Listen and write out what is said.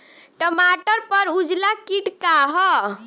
टमाटर पर उजला किट का है?